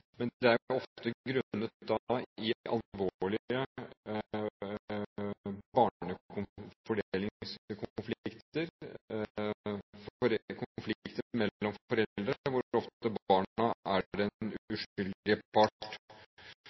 Men det er jo da ofte grunnet i alvorlige barnefordelingskonflikter, konflikter mellom foreldre, hvor barna ofte er den uskyldige part.